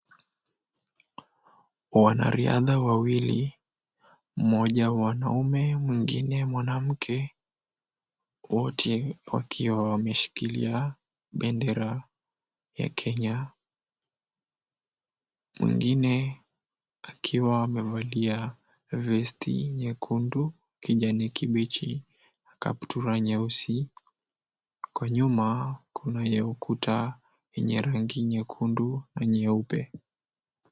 Wanariadha wawili, mmoja mwanaume, mwingine mwanamke, wote wakiwa wameshikilia bendera ya Kenya. Mwingine akiwa amevalia vesti nyekundu kijani kibichi na kaptura nyeusi. Huko nyuma kunayo ukuta yenye rangi nyekundu na nyeupe.